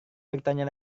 bertanya